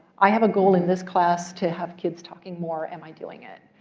i have a goal in this class to have kids talking more. am i doing it?